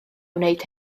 wneud